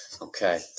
Okay